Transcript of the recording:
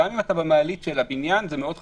גם אם אתה במעלית של הבניין זה מאוד חשוב,